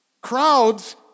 Crowds